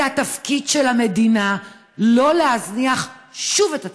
זה התפקיד של המדינה לא להזניח שוב את הצפון.